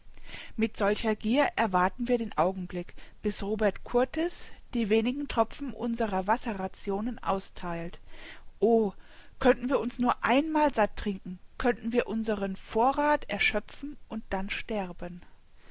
mit solcher gier erwarten wir den augenblick bis robert kurtis die wenigen tropfen unserer wasserrationen austheilt o könnten wir uns nur einmal satt trinken könnten wir unseren vorrath erschöpfen und dann sterben